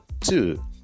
two